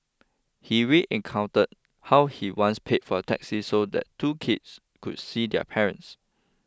he re encountered how he once paid for a taxi so that two kids could see their parents